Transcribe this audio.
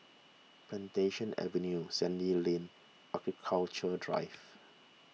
Plantation Avenue Sandy Lane and Architecture Drive